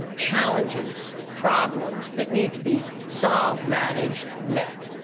challenges, problems that need to be solved, managed, met.